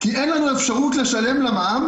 כי אין לנו אפשרות לשלם מע"מ,